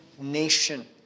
nation